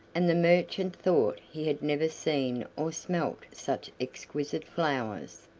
and the merchant thought he had never seen or smelt such exquisite flowers.